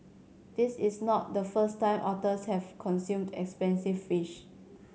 this is not the first time otters have consumed expensive fish